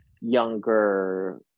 younger